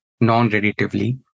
non-radiatively